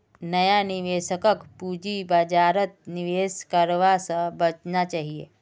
नया निवेशकक पूंजी बाजारत निवेश करवा स बचना चाहिए